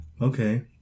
Okay